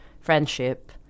friendship